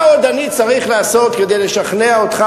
מה עוד אני צריך לעשות כדי לשכנע אותך